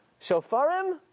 shofarim